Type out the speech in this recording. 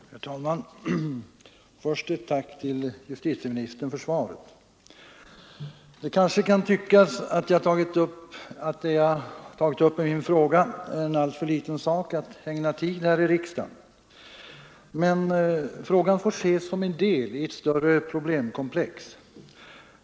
Herr talman! Först ett tack till justitieministern för svaret! Det kanske kan tyckas att det jag tagit upp i min fråga är en alltför liten sak att ägna tid åt här i riksdagen, men frågan får ses som en del i ett större problemkomplex.